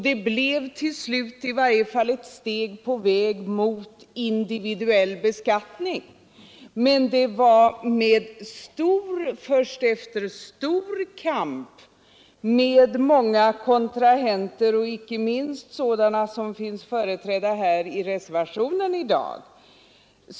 Det blev till slut i varje fall ett steg på väg mot individuell beskattning. Men det skedde först efter stor kamp — inte minst mot sådana som nu finns företrädda i reservationen i dag.